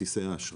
כרטיסי האשראי.